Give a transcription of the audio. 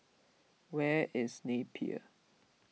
where is Napier